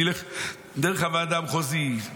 נלך דרך הוועדה המחוזית,